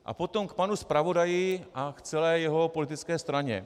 A potom k panu zpravodaji a k celé jeho politické straně.